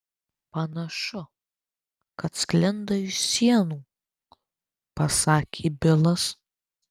panašu kad sklinda iš sienų pasakė bilas